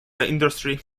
industry